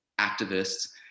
activists